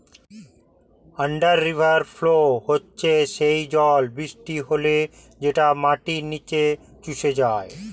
under river flow হচ্ছে সেই জল বৃষ্টি হলে যেটা মাটির নিচে শুষে যায়